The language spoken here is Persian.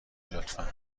لطفا